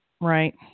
Right